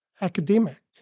academic